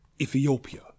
ethiopia